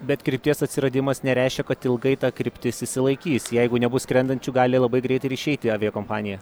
bet krypties atsiradimas nereiškia kad ilgai ta kryptis išsilaikys jeigu nebus skrendančių gali labai greitai ir išeiti aviakompanija